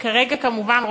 כמובן,